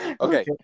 Okay